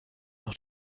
noch